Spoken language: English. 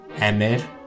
Emir